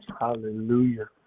hallelujah